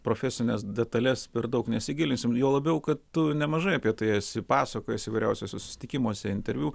profesines detales per daug nesigilinsim juo labiau kad tu nemažai apie tai esi pasakojęs įvairiausiuose susitikimuose interviu